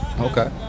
Okay